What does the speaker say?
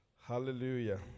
Hallelujah